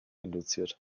induziert